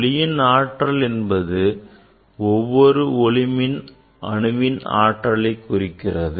ஒளியின் ஆற்றல் என்பது ஒவ்வொரு ஒளிமின் அணுவின் ஆற்றலை குறிக்கிறது